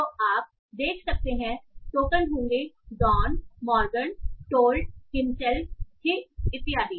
तो आप देख सकते हैं टोकन होंगे डॉन मॉर्गन टोल्ड हिमसेल्फ हि इत्यादि